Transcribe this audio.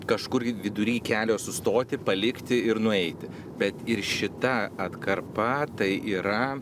kažkur vidury kelio sustoti palikti ir nueiti bet ir šita atkarpa tai yra